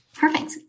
Perfect